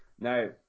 Now